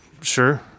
sure